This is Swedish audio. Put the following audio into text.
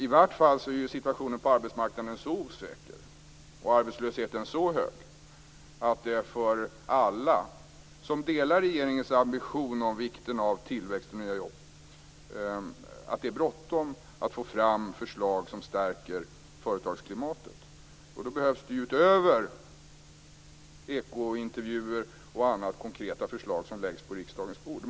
I varje fall är ju situationen på arbetsmarknaden så osäker, och arbetslösheten så hög, att det för alla som delar regeringens ambition när det gäller vikten av tillväxt och nya jobb är bråttom att få fram förslag som stärker företagsklimatet. Då behövs det ju utöver ekointervjuer och annat konkreta förslag som läggs på riksdagens bord.